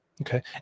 Okay